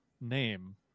name